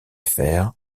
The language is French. fer